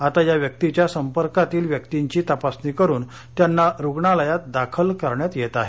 आता या व्यक्तीच्या संपर्कातील व्यक्तींची तपासणी करून त्यांना रुग्णालयात दाखल करण्यात येत आहे